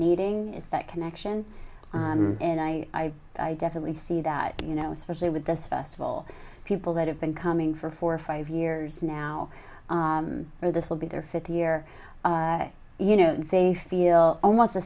meeting that connection and i definitely see that you know especially with this festival people that have been coming for four or five years now and this will be their fifth year i you know they feel almost a